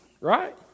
Right